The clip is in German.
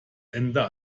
ende